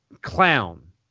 clown